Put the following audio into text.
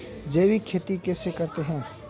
जैविक खेती कैसे करते हैं?